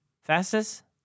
Fastest